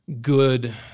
good